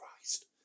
Christ